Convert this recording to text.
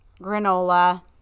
granola